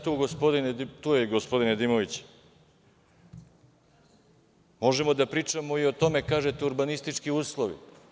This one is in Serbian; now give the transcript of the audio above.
Tu je gospodin Nedimović, možemo da pričamo i o tome, kažete - urbanistički uslovi.